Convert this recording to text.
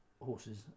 horses